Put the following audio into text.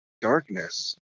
darkness